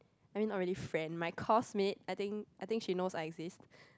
I mean not really friend my course mate I think I think she knows I exist